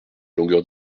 longueurs